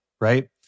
Right